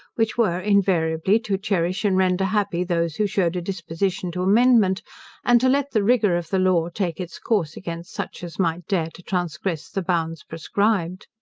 which were, invariably to cherish and render happy those who shewed a disposition to amendment and to let the rigour of the law take its course against such as might dare to transgress the bounds prescribed.